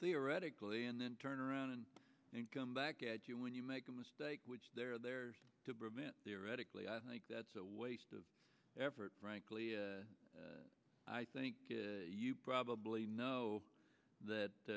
theoretically and then turn around and then come back at you when you make a mistake which they're there to prevent theoretically i think that's a waste of effort frankly i think you probably know that